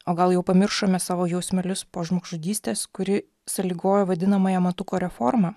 o gal jau pamiršome savo jausmelius po žmogžudystės kuri sąlygoja vadinamąją matuko reformą